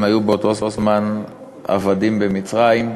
הם היו באותו זמן עבדים במצרים.